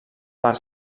per